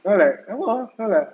I was like lawa ah then I'm like